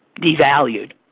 devalued